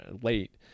late